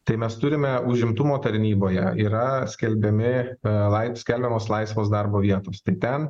tai mes turime užimtumo tarnyboje yra skelbiami lai skelbiamos laisvos darbo vietos tai ten